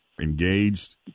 engaged